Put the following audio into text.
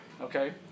okay